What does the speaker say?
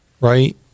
right